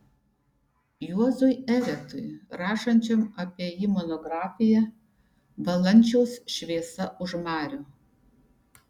juozui eretui rašančiam apie jį monografiją valančiaus šviesa už marių